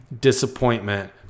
disappointment